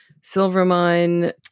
Silvermine